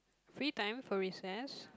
free time for recess